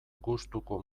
gustuko